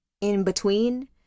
in-between